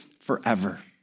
forever